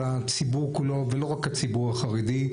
כל הציבור כולו ולא רק הציבור החרדי,